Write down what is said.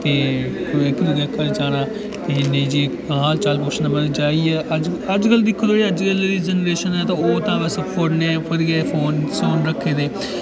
ते इक दूए दे घर जाना ते हाल चाल पुच्छना मतलब जाइयै अजकल अजकल दिक्खो तुस अजकल दी जैनरेशन जेह्की ओह् ता बस फोनै उप्पर गै फोन शोन रक्खे दे न